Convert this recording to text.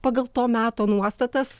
pagal to meto nuostatas